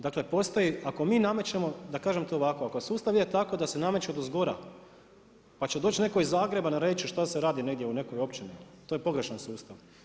Dakle, postoji ako mi namećemo da kažem to ovako ako sustav ide tako da se nameću odozgora, pa će doći netko iz Zagreba naredit će što se radi negdje u nekoj općini, to je pogrešan sustav.